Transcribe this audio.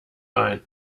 ein